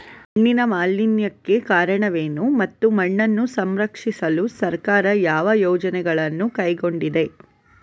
ಮಣ್ಣಿನ ಮಾಲಿನ್ಯಕ್ಕೆ ಕಾರಣವೇನು ಮತ್ತು ಮಣ್ಣನ್ನು ಸಂರಕ್ಷಿಸಲು ಸರ್ಕಾರ ಯಾವ ಯೋಜನೆಗಳನ್ನು ಕೈಗೊಂಡಿದೆ?